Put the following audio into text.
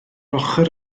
ochr